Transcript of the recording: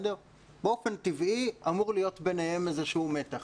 באופן טבעי אמור להיות ביניהם איזשהו מתח.